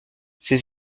ces